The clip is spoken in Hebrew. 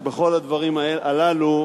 בכל הדברים הללו,